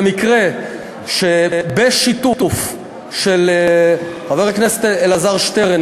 זה מקרה שבשיתוף של חבר הכנסת אלעזר שטרן